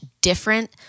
different